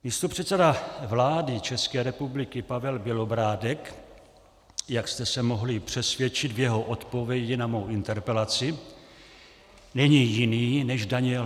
Místopředseda vlády České republiky Pavel Bělobrádek, jak jste se mohli přesvědčit v jeho odpovědi na mou interpelaci, není jiný než Daniel Herman.